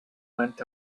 went